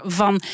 van